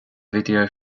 video